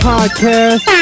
Podcast